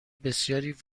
بسیاری